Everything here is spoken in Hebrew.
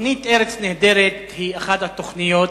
התוכנית "ארץ נהדרת" היא אחת התוכניות